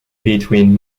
between